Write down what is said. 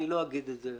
אני לא אגיד את זה.